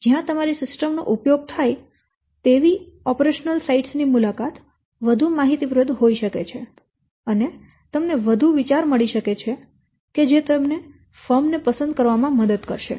જ્યાં તમારી સિસ્ટમ નો ઉપયોગ થાય તેવી ઓપરેશનલ સાઇટ્સ ની મુલાકાત વધુ માહિતીપ્રદ હોઈ શકે છે અને તમને વધુ વિચાર મળી શકે છે જે તમને ફર્મ ને પસંદ કરવામાં મદદ કરશે